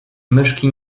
myszki